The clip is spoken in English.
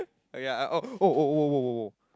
oh ya oh !woah! !woah! !woah! !woah!